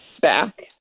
back